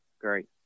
Great